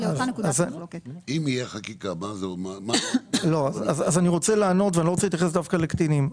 אני לא רוצה להתייחס דווקא לקטינים.